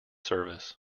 service